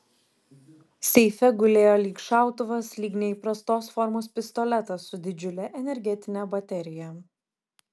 seife gulėjo lyg šautuvas lyg neįprastos formos pistoletas su didžiule energetine baterija